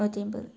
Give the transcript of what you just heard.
നൂറ്റിയൊമ്പത്